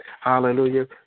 hallelujah